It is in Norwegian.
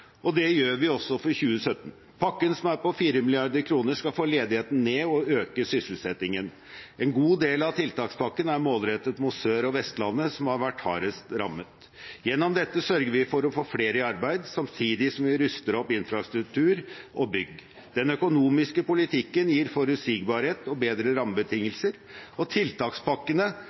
og det gjør vi også for 2017. Pakken, som er på 4 mrd. kr, skal få ledigheten ned og øke sysselsettingen. En god del av tiltakspakken er målrettet mot Sør- og Vestlandet, som har vært hardest rammet. Gjennom dette sørger vi for å få flere i arbeid, samtidig som vi ruster opp infrastruktur og bygg. Den økonomiske politikken gir forutsigbarhet og bedre rammebetingelser, og